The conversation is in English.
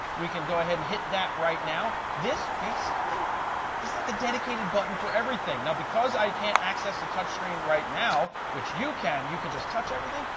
we can go ahead and hit that right now. this basically is like a dedicated button for everything, now because i can't access the touch screen right now, which you can, you can just touch everything.